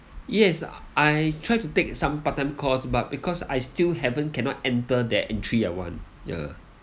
yes I try to take some part-time course but because I still haven't cannot enter that entry year one ah